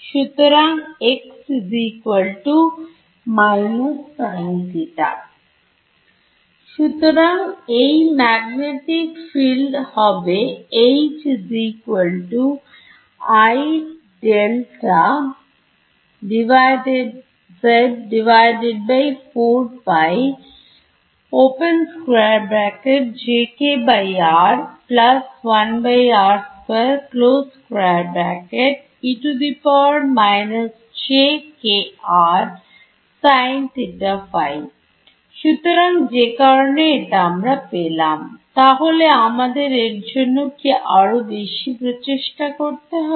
সুতরাং ×− sin θ সুতরাং এই ম্যাগনেটিক ফিল্ড হবে সুতরাং যে কারণে এটা আমরা পেলাম তাহলে আমাদের এর জন্য কি আরও বেশি প্রচেষ্টা করতে হবে